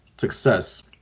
success